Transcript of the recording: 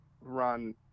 run